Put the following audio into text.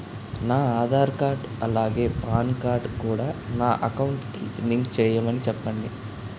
నా ఆధార్ కార్డ్ అలాగే PAN card కూడా నా అకౌంట్ కి లింక్ చేయమని చెప్పండి